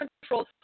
control